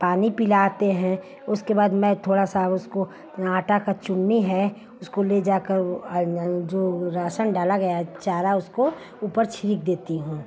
पानी पिलाते हैं उसके बाद मैं थोड़ा सा उसको आटा की चुन्नी है उसको ले जाकर जो राशन डाला गया है चारा उसको ऊपर छिड़क देती हूँ